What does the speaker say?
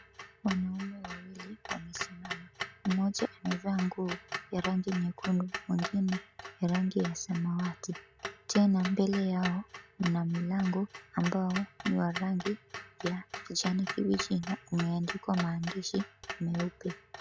Wanaume wawili wamesimama. Mmoja amevaa nguo ya rangi nyekundu, mwengine ya rangi ya sanawati. Tena mbele yao mna milango ambao ni wa rangi ya kijani kibichi na umeandikwa maandishi meupe.